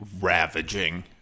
ravaging